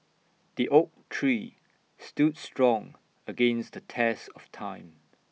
the oak tree stood strong against the test of time